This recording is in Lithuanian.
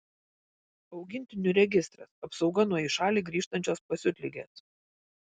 augintinių registras apsauga nuo į šalį grįžtančios pasiutligės